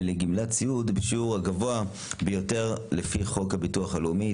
ולגמלת סיעוד בשיעור הגבוה ביותר לפי חוק הביטוח הלאומי,